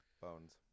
bones